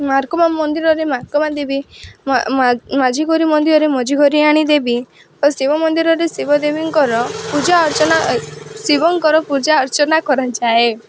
ମାର୍କମା ମନ୍ଦିରରେ ମାର୍କମା ଦେବୀ ମାଝିଗୌରୀ ମନ୍ଦିରରେ ମଝିଗରିଆଣି ଦେବୀ ଆଉ ଶିବ ମନ୍ଦିରରେ ଶିବ ଦେବୀଙ୍କର ପୂଜା ଅର୍ଚ୍ଚନା ଶିବଙ୍କର ପୂଜା ଅର୍ଚ୍ଚନା କରାଯାଏ